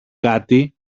κάτι